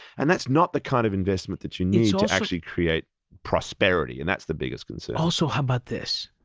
and that's not the kind of investment that you need to actually create prosperity, and that's the biggest concern. also, how about this,